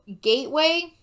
Gateway